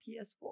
ps4